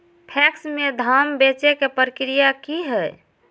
PACS में धाम बेचे के प्रक्रिया की हय?